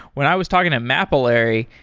when i was talking a mapillary,